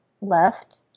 left